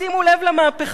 שימו לב למהפכה,